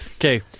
Okay